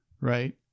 right